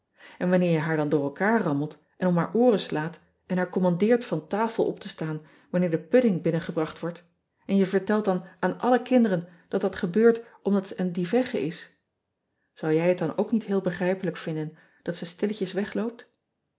n wanneer je haar dan door elkaar rammelt en om haar ooren slaat en haar commandeert van tafel op te staan wanneer de pudding binnengebracht wordt en je vertelt dan aan alle kinderen dat dat gebeurt omdat zij een dievegge is zou jij het dan ook niet heel begrijpelijk vinden dat ze stilletjes